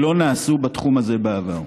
שלא נעשו בתחום הזה בעבר.